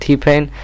T-Pain